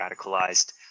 radicalized